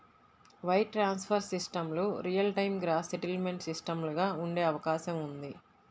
wire transfer సిస్టమ్లు real time gross settlement సిస్టమ్లుగా ఉండే అవకాశం ఉంది